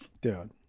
dude